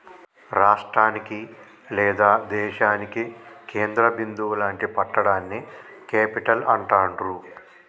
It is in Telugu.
రాష్టానికి లేదా దేశానికి కేంద్ర బిందువు లాంటి పట్టణాన్ని క్యేపిటల్ అంటాండ్రు